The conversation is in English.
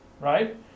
right